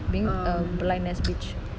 being a blind ass bitch